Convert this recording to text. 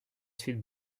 suite